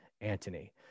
Antony